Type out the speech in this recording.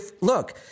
look